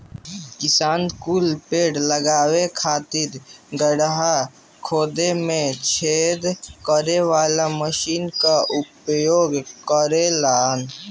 किसान कुल पेड़ लगावे खातिर गड़हा खोदे में छेद करे वाला मशीन कअ उपयोग करेलन